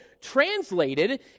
translated